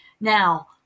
Now